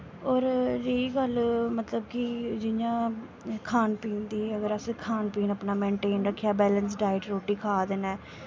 होर रेही गल्ल मतलब जि'यां खान पीन दी अगर खान पीन असें मेन्टेन रक्खेआ बैलेस डाईट रुट्टी खा दे न